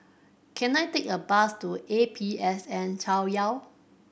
can I take a bus to A P S N Chaoyang